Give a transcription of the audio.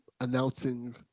announcing